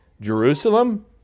Jerusalem